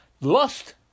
Lust